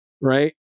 right